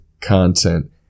content